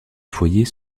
foyers